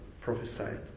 prophesied